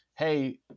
Hey